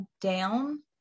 down